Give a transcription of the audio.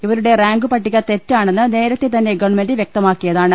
ഇവരുടെ റാങ്ക് പട്ടിക തെറ്റാണെന്ന് നേരത്തെ തന്നെ ഗവൺമെന്റ് വ്യക്ത മാക്കിയതാണ്